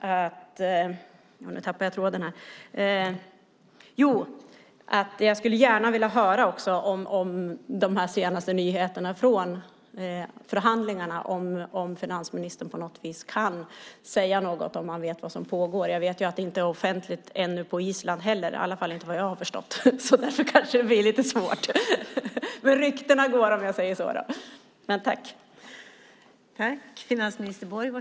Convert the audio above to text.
Jag skulle gärna vilja höra de senaste nyheterna från förhandlingarna om finansministern på något sätt kan säga något om vad som pågår. Jag vet att det inte är offentligt ännu på Island, i varje fall enligt vad jag har förstått. Det kan vara lite svårt, men ryktena går.